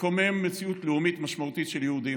לקומם מציאות לאומית משמעותית של יהודים.